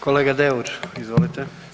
Kolega Deur, izvolite.